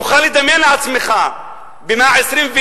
תוכל לדמיין לעצמך, במאה ה-21,